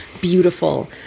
beautiful